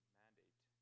mandate